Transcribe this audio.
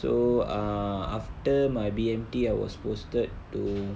so err after my B_M_T I was posted to